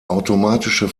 automatische